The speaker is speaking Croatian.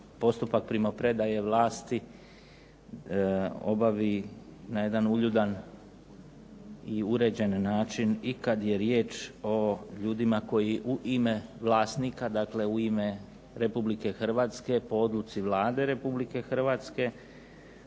postupak primopredaje vlasti obavi na jedan uljudan i uređen način i kada je riječ o ljudima koji u ime vlasnika, u ime Republike Hrvatske, po odluci Vlade Republike Hrvatske